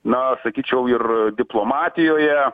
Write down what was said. na sakyčiau ir diplomatijoje